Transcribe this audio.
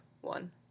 one